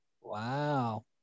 Wow